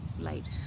light